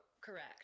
Correct